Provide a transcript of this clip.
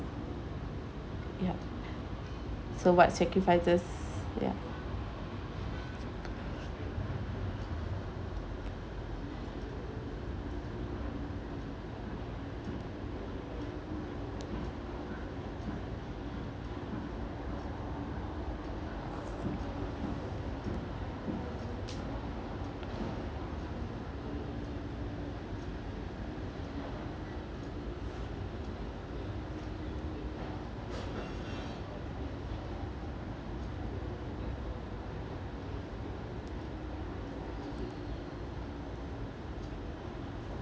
yup so what sacrifices ya